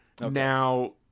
Now